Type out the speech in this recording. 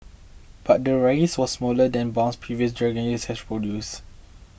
but the rise was smaller than bounce previous Dragon years has produce